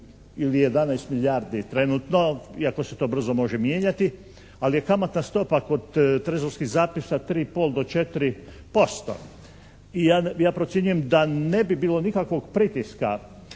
ili 11 milijardi je trenutno iako se to brzo može mijenjati, ali je kamatna stopa kod trezorskih zapisa 3,5 do 4%. I ja procjenjujem da ne bi bilo nikakvog pritiska